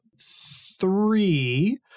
three